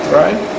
right